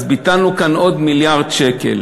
אז ביטלנו כאן עוד מיליארד שקל.